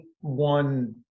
one